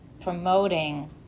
promoting